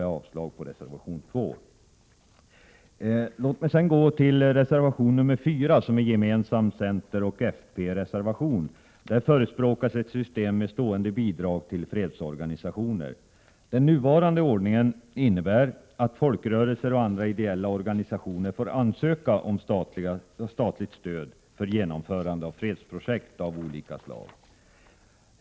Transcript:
Jag yrkar därför avslag på reservation nr > I den gemensamma centeroch folkpartireservationen nr 4 förespråkas ett system med stående bidrag till fredsorganisationer. Den nuvarande ordningen innebär att folkrörelser och andra ideella organisationer får ansöka om statligt stöd för genomförande av fredsprojekt av olika slag.